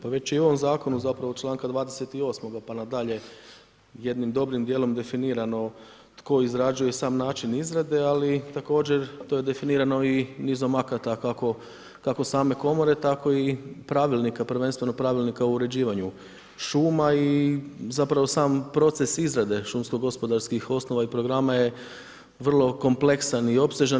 Pa već i u ovom zakonu zapravo od članka 28. pa nadalje jednim dobrim dijelom je definirano tko izrađuje i sam način izrade ali također to je definirano i nizom akata kako same komore tako i pravilnika, prvenstveno Pravilnika o uređivanju šuma i zapravo sam proces izrade šumsko-gospodarskih osnova i programa je vrlo kompleksan i opsežan.